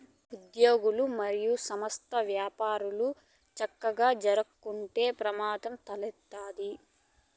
ఉజ్యోగులు, మరియు సంస్థల్ల యపారాలు సక్కగా జరక్కుంటే ప్రమాదం తలెత్తతాది